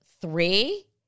three